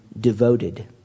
devoted